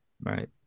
Right